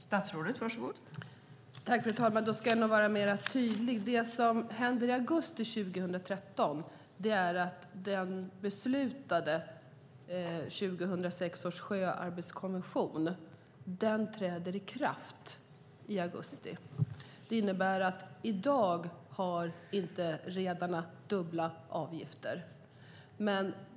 Fru talman! Jag ska vara mer tydlig. Det som händer i augusti 2013 är att den år 2006 beslutade sjöarbetskonventionen träder i kraft. Det innebär att i dag har inte redarna dubbla avgifter.